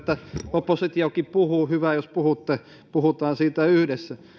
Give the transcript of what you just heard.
oppositiokin puhuu hyvä jos puhutte puhutaan siitä yhdessä